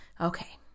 Okay